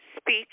speech